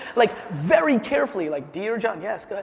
like, very carefully, like dear john yes,